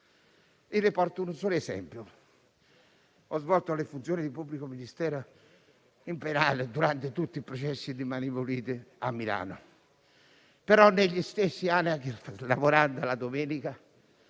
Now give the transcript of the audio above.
Le porto un solo esempio: ho svolto le funzioni di pubblico ministero nel penale durante tutti i processi di Mani pulite a Milano, ma negli stessi anni, lavorando anche la domenica,